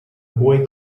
boy